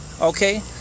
Okay